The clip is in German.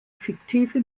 fiktive